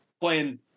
playing